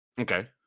Okay